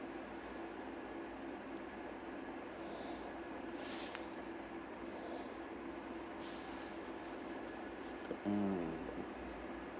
mm